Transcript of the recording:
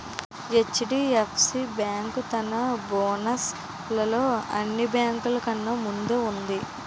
HDFC bank తన bonus లలో అన్ని బేంకులు కన్నా ముందు వుంది